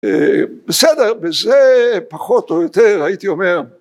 בסדר בזה פחות או יותר הייתי אומר